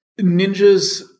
ninjas